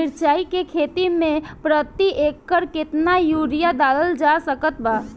मिरचाई के खेती मे प्रति एकड़ केतना यूरिया डालल जा सकत बा?